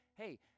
hey